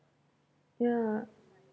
yeah